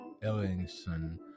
Ellingson